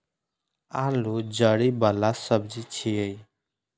आलू जड़ि बला सब्जी छियै